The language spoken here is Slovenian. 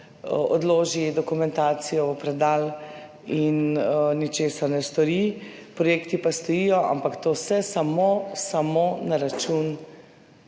odloži dokumentacijo v predal in ničesar ne stori, projekti pa stojijo. Ampak to vse samo na račun